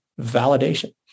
validation